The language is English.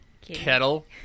Kettle